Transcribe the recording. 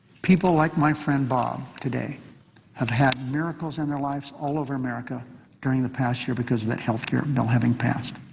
people like my friend bob today have had miracles in their lives all over america during the past year because of that health care bill having passed,